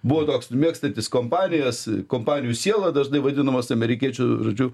buvo toks mėgstantis kompanijas kompanijų siela dažnai vadinamas amerikiečių žodžiu